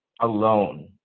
alone